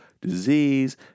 disease